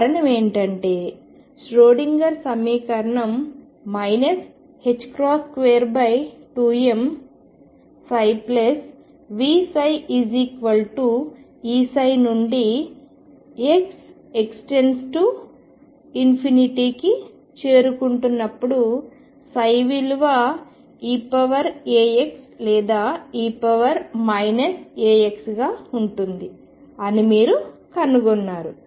కారణం ఏమిటంటే ష్రోడింగర్ సమీకరణం 22mVψEψ నుండి x→∞ కి చేసుకుంటున్నప్పుడు విలువ eαx లేదా e αx గా ఉంటుంది అని మీరు కనుగొన్నారు